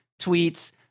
tweets